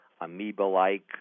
amoeba-like